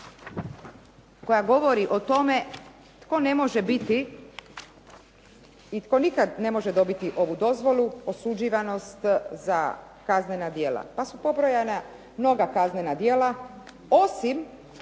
koja govori o tome tko ne može biti i tko nikad ne može dobiti ovu dozvolu, osuđivanost za kaznena djela pa su pobrojana mnoga kaznena djela, osim,